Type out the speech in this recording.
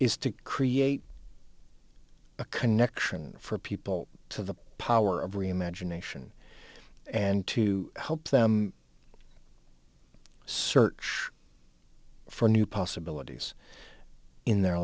is to create a connection for people to the power of reimagine nation and to help them search for new possibilities in their